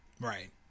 Right